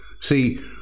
see